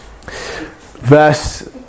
Verse